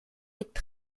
mit